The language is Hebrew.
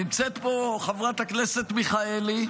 נמצאת פה חברת הכנסת מיכאלי,